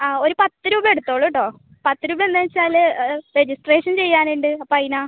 ആ ഒരു പത്ത് രൂപ എടുത്തോളൂ കെട്ടോ പത്ത് രൂപ എന്താന്ന് വെച്ചാല് രജിസ്ട്രേഷൻ ചെയ്യാൻ ഉണ്ട് അപ്പോൾ അതിനാണ്